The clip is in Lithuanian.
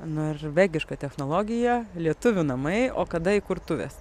norvegiška technologija lietuvių namai o kada įkurtuvės